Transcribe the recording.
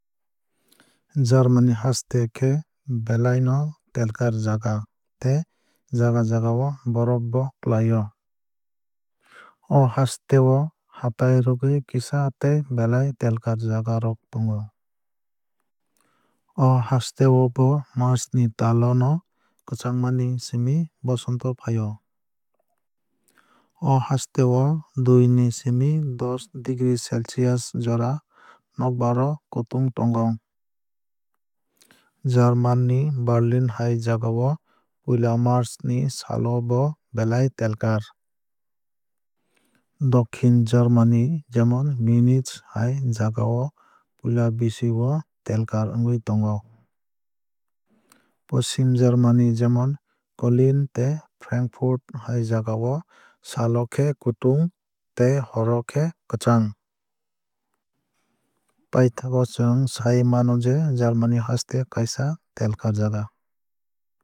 Germany haste khe belai no telkar jaga tei jaga jagao borof bo klai o. O hasteo hatai rwgwui kisa tei belai telkar jaga rok tongo. O haste o bo march ni tal o no kwchangma ni simi bosonto fai o. O haste o dui ni simi dosh degree celcius jora nokbar o kutung tongo. German ni berlin hai jagao puila march ni sal o bo belai telkar. Dokhin germany jemon munich hai jaga o puila bisi o telkar wngwui tongo. Poschim germany jemon cologne tei frankfurt hai jagao sal o khe kutung tei hor o khe kwchang. Piathago chwng sai mano je germany haste kaisa telkar jaga.